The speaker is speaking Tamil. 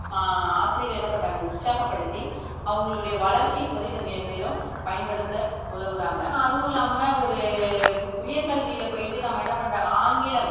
ஆசிரியர்கள் என்ன பண்ணுறாங்க உற்சாகப்படுத்தி அவங்களோடைய வளர்ச்சிக்கு வந்து இதை மென்மேலும் பயன்படுத்த உதவுகிறாங்க அதுவும் இல்லாமல் ஒரு உயர்கல்வியில் போய்விட்டு நம்ம என்ன பண்ணுறாங்க ஆங்கிலம்